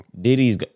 Diddy's